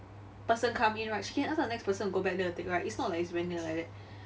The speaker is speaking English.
person come in right she can ask the next person to go back there to take right it's not like it's very near like that